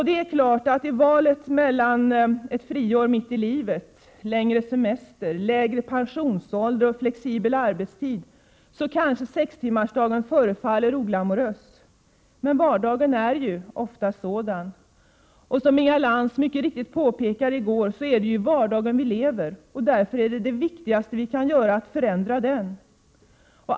Det är klart att sextimmarsdagen i valet mellan ett friår mitt i livet, längre semester, lägre pensionsålder och flexibel arbetstid kanske förefaller oglamorös. Men vardagen är ju oftast oglamorös. Inga Lantz påpekade mycket riktigt i går att det är vardagen vi lever i. Därför är det viktigast att vi kan förändra den.